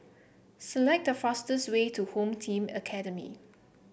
select the fastest way to Home Team Academy